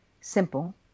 simple